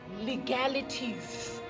legalities